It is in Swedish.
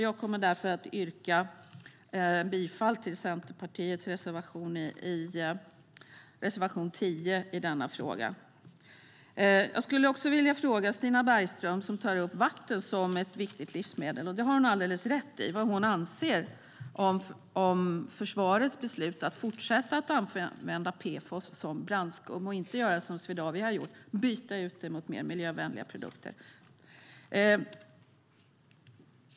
Jag kommer därför att yrka bifall till Centerpartiets reservation 10 i denna fråga. Jag skulle vilja fråga Stina Bergström, som tar upp vatten som ett viktigt livsmedel - det gör hon alldeles rätt i - vad hon anser om försvarets beslut att fortsätta använda PFOS som brandskum och inte göra som Swedavia har gjort och byta ut det mot mer miljövänliga produkter.